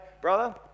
brother